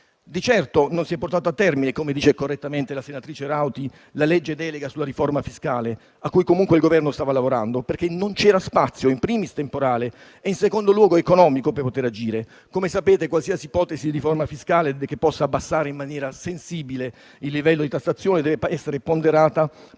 Di certo, non si è portata a termine - come diceva correttamente la senatrice Rauti - la legge delega sulla riforma fiscale, alla quale, comunque, il Governo sta lavorando, perché non c'era spazio, *in primis* temporale e in secondo luogo economico, per poter agire. Come sapete, infatti, qualsiasi ipotesi di riforma fiscale che possa abbassare in maniera sensibile il livello di tassazione deve essere ponderata